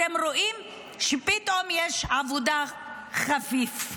ותראו שפתאום יש עבודה חפיף כזה.